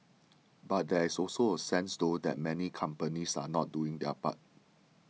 but there is also a sense though that many companies are not doing their part